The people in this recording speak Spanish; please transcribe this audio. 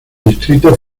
distrito